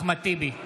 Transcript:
אחמד טיבי,